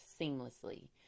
seamlessly